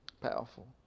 Powerful